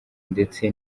ndetse